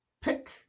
pick